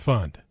Fund